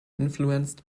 influenced